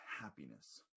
happiness